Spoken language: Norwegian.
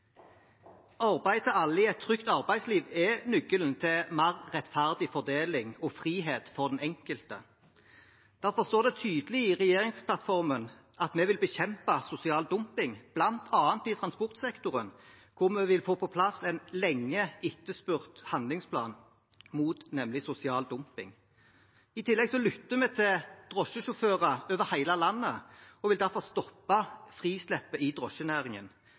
Arbeid til alle i et trygt arbeidsliv er nøkkelen til mer rettferdig fordeling og frihet for den enkelte. Derfor står det tydelig i regjeringsplattformen at vi vil bekjempe sosial dumping, bl.a. i transportsektoren, hvor vi vil få på plass en lenge etterspurt handlingsplan mot sosial dumping. I tillegg lytter vi til drosjesjåfører over hele landet og vil derfor stoppe frislippet i drosjenæringen